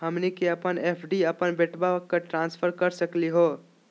हमनी के अपन एफ.डी अपन बेटवा क ट्रांसफर कर सकली हो?